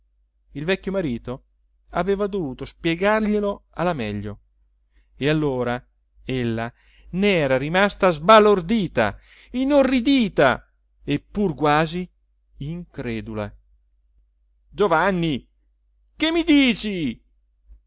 il vecchio marito aveva dovuto spiegarglielo alla meglio e allora ella ne era rimasta sbalordita inorridita e pur quasi incredula giovanni che mi dici